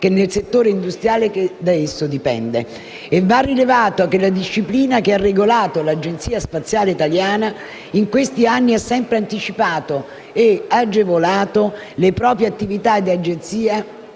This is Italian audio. che nel settore industriale che da esso discende. Va rilevato che la disciplina che ha regolato l'Agenzia spaziale italiana in questi anni ha sempre anticipato e agevolato le attività proprie